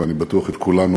ואני בטוח שאת כולנו,